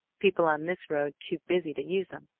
people on this road too busy to use em.